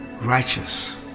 righteous